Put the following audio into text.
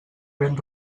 ben